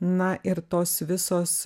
na ir tos visos